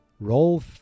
roll